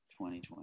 2020